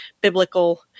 biblical